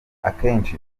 akenshi